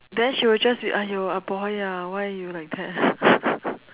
then she'll just be !aiyo! ah boy ah why you like that